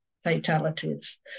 fatalities